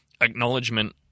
acknowledgement